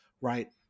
right